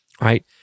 right